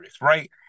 Right